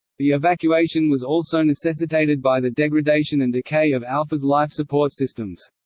the evacuation was also necessitated by the degradation and decay of alpha's life support systems.